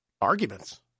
arguments